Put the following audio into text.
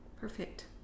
Perfect